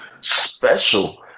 Special